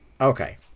Okay